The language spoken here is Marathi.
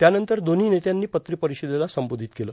यानंतर दोव्ही नेत्यांनी पत्र परिषदेला संबोधित केलं